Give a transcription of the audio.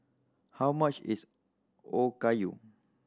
how much is Okayu